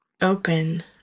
Open